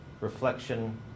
reflection